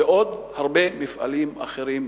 ועוד הרבה מפעלים אחרים באזור.